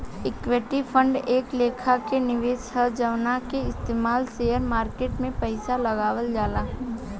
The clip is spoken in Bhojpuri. ईक्विटी फंड एक लेखा के निवेश ह जवना के इस्तमाल शेयर मार्केट में पइसा लगावल जाला